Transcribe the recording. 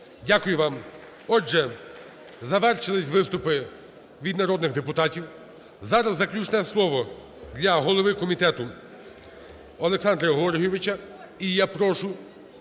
Дякую вам. Отже, завершилися виступи від народних депутатів. Зараз заключне слово для голови комітету Олександра Георгійовича.